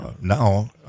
Now